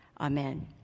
Amen